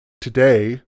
today